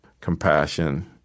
Compassion